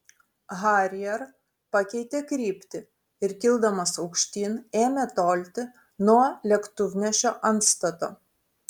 harrier pakeitė kryptį ir kildamas aukštyn ėmė tolti nuo lėktuvnešio antstato